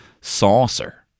saucer